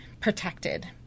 protected